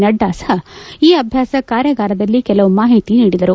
ನಡ್ಗಾ ಸಹ ಈ ಅಭ್ಯಾಸ ಕಾರ್ಯಾಗಾರದಲ್ಲಿ ಕೆಲವು ಮಾಹಿತಿ ನೀಡಿದರು